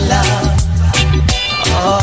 Love